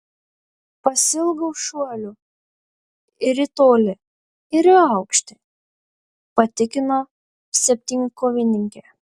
pasiilgau šuolių ir į tolį ir į aukštį patikino septynkovininkė